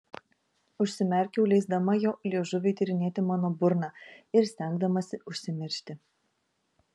užsimerkiau leisdama jo liežuviui tyrinėti mano burną ir stengdamasi užsimiršti